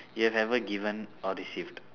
you have ever given or received